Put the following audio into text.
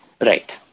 right